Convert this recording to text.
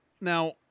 Now